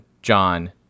John